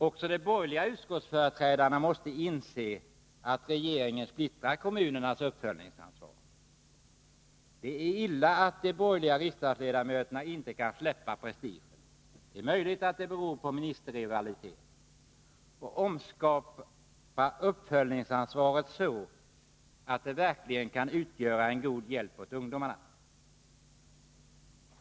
Också de borgerliga utskottsföreträdarna måste inse att regeringen splittrar kommunernas uppföljningsansvar. Det är illa att de borgerliga riksdagsledamöterna inte kan släppa prestigen — möjligen kan det bero på ministerrivalitet — och omskapa uppföljningsansvaret så att det verkligen kan utgöra en god hjälp åt ungdomarna.